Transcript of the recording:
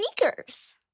sneakers